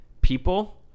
people